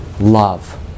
love